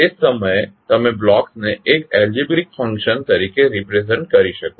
તે જ સમયે તમે બ્લોકને એક એલ્જીબ્રિક ફંકશન તરીકે રિપ્રેઝેંટ કરી શકો છો